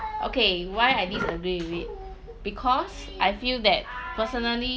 okay why I disagree with it because I feel that personally